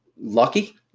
lucky